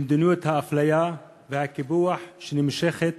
למדיניות האפליה והקיפוח שנמשכת,